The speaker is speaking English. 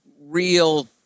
real